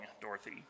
Dorothy